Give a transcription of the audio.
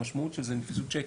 המשמעות היא שנתפסו צ'קים.